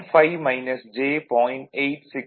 5 j 0